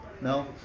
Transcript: No